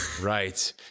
Right